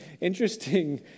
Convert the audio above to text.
Interesting